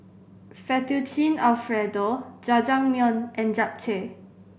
Fettuccine Alfredo Jajangmyeon and Japchae